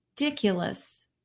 ridiculous